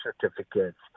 certificates